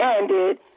ended